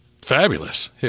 fabulous